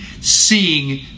seeing